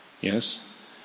Yes